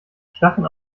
stacheln